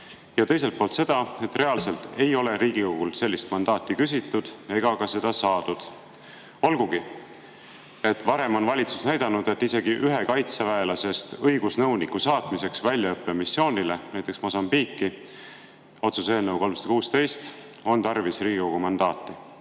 ja teiselt poolt seda, et reaalselt ei ole Riigikogult sellist mandaati küsitud ega ka seda saadud. Samas varem on valitsus näidanud, et isegi ühe kaitseväelasest õigusnõuniku saatmiseks väljaõppemissioonile, näiteks Mosambiiki – otsuse eelnõu 316 –, on olnud tarvis Riigikogu mandaati.